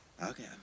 Okay